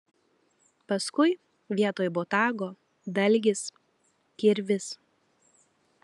paskui vietoj botago dalgis kirvis